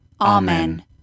Amen